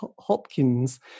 Hopkins